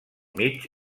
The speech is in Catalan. mig